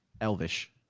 Elvish